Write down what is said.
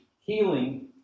healing